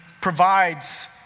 provides